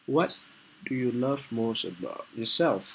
what do you love most about yourself